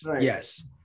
Yes